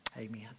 Amen